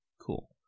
Cool